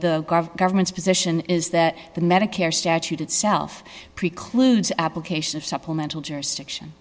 the government's position is that the medicare statute itself precludes application of supplemental jurisdiction